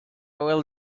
will